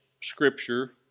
scripture